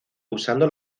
usando